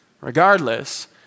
Regardless